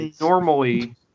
normally